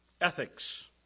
ethics